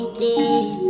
good